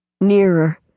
nearer